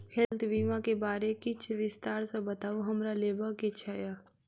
Health बीमा केँ बारे किछ विस्तार सऽ बताउ हमरा लेबऽ केँ छयः?